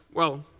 well,